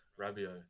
Rabio